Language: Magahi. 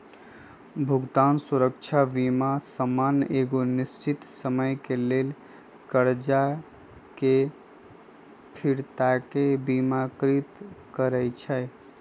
भुगतान सुरक्षा बीमा सामान्य एगो निश्चित समय के लेल करजा के फिरताके बिमाकृत करइ छइ